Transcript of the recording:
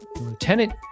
Lieutenant